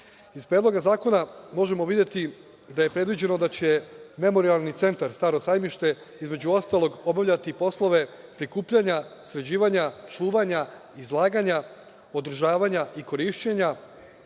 Predloga zakona možemo videti da je predviđeno da će Memorijalni centar „Staro Sajmište“ između ostalog obavljati poslove prikupljanja, sređivanja, čuvanja, izlaganja, održavanja i korišćenja,